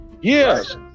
Yes